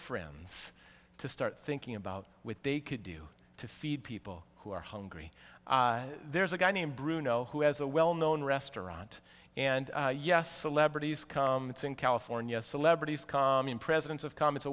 friends to start thinking about with they could do to feed people who are hungry there's a guy named bruno who has a well known restaurant and yes celebrities come that in california celebrities calm in presidents of com